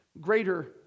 greater